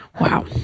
Wow